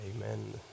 Amen